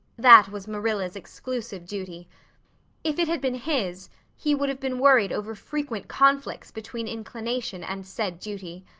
that was marilla's exclusive duty if it had been his he would have been worried over frequent conflicts between inclination and said duty.